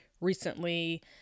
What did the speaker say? recently